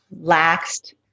laxed